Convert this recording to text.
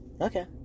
Okay